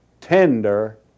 Tender